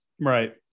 Right